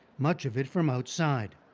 much of it from outside.